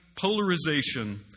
polarization